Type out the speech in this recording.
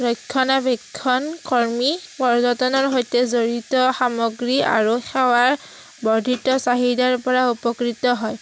ৰক্ষণাবেক্ষণ কৰ্মী পৰ্যটনৰ সৈতে জড়িত সামগ্ৰী আৰু সেৱাৰ বৰ্ধিত চাহিদাৰ পৰা উপকৃত হয়